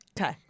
Okay